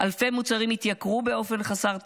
אלפי מוצרים התייקרו באופן חסרי תקדים,